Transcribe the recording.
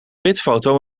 witfoto